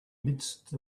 midst